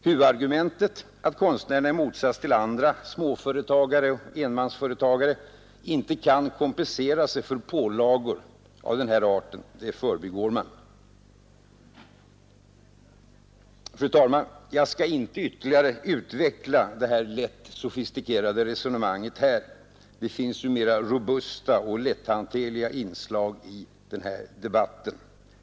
Huvudargumentet — att konstnärerna i motsats till andra småföretagare och enmansföretagare inte kan kompensera sig för pålagor av den här arten — förbigår man. Fru talman! Jag skall inte ytterligare utveckla det här lätt sofistikerade resonemanget här. Det finns ju mer robusta och lätthanterliga inslag i den här debatten.